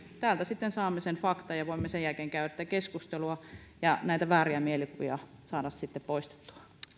täältä sitten saamme sen faktan ja voimme sen jälkeen käydä tätä keskustelua ja näitä vääriä mielikuvia saada sitten poistettua